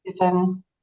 given